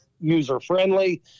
user-friendly